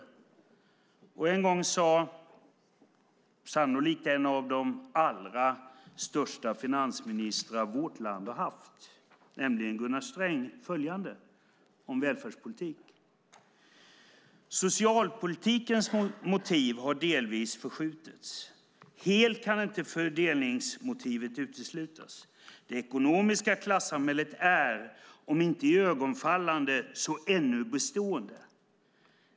En gång sade Gunnar Sträng, sannolikt en av de allra största finansministrar vårt land har haft, följande om välfärdspolitik: "Socialpolitikens motiv har förskjutits. Helt kan inte fördelningsmotivet uteslutas. Det ekonomiska klassamhället är, om inte iögonfallande, så ännu bestående.